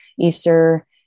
Easter